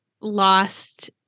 lost